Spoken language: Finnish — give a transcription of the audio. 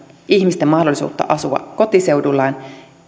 ihmisten mahdollisuutta asua kotiseudullaan